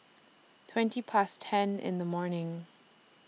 twenty Past ten in The morning